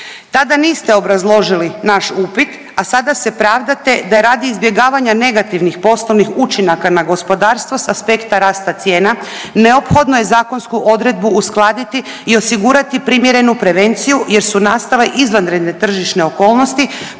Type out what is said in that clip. Tada niste obrazložili naš upit, a sada se pravdate da je izbjegavanja negativnih poslovnih učinaka na gospodarstvo sa aspekta rasta cijena neophodno je zakonsku odredbu uskladiti i osigurati primjerenu prevenciju jer su nastale izvanredne tržišne okolnosti